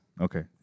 Okay